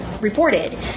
reported